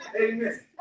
Amen